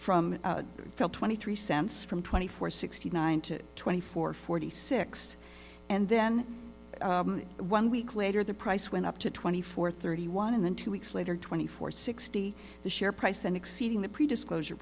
fell twenty three cents from twenty four sixty nine to twenty four forty six and then one week later the price went up to twenty four thirty one and then two weeks later twenty four sixty the share price then exceeding the pre disclosure